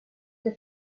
que